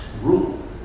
rule